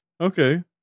Okay